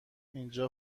اینجا